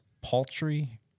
paltry